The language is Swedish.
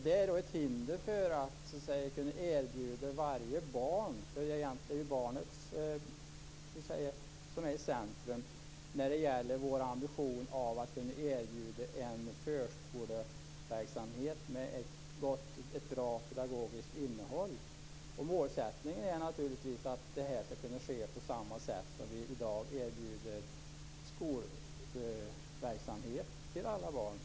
Det är ett hinder för att kunna erbjuda varje barn - det är barnet som är i centrum - en förskoleverksamhet med ett gott pedagogiskt innehåll. Målet är naturligtvis att det skall ske på samma sätt som vi i dag erbjuder skolverksamhet för alla barn.